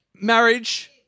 Marriage